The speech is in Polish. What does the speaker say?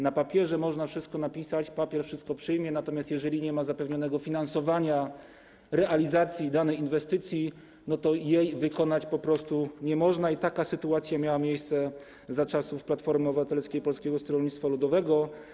Na papierze można wszystko napisać, papier wszystko przyjmie, natomiast jeżeli nie ma zapewnionego finansowania na realizację danej inwestycji, to jej wykonać po prostu nie można, i taka sytuacja miała miejsce za czasów Platformy Obywatelskiej i Polskiego Stronnictwa Ludowego.